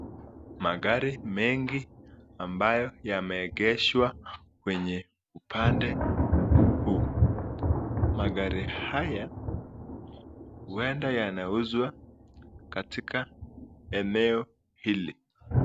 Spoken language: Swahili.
Magari mengi ambayo yameengeshwa kwenye pande huu. Magari haya, uenda yanauzwa, katika eneo hili.